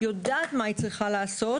יודעת מה היא צריכה לעשות,